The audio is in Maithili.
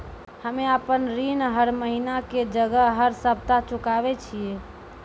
हम्मे आपन ऋण हर महीना के जगह हर सप्ताह चुकाबै छिये